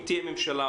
אם תהיה ממשלה,